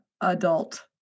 adult